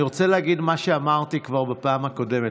אני רוצה להגיד מה שאמרתי כבר בפעם הקודמת.